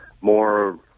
more